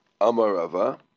Amarava